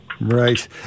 Right